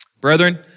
Brethren